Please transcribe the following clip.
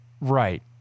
Right